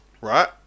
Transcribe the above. right